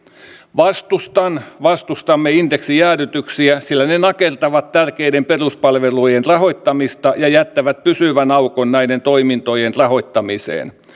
vastustamme vastustamme indeksijäädytyksiä sillä ne ne nakertavat tärkeiden peruspalvelujen rahoittamista ja jättävät pysyvän aukon näiden toimintojen rahoittamiseen